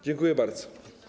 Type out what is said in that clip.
Dziękuję bardzo.